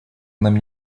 нам